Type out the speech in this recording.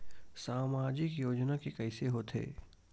सामाजिक योजना के कइसे होथे?